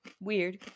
weird